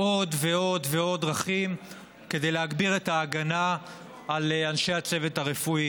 עוד ועוד דרכים להגביר את ההגנה על אנשי הצוות הרפואיים.